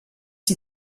die